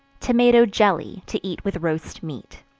tomato jelly, to eat with roast meat.